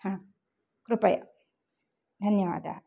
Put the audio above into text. कृपया धन्यवादाः